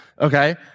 Okay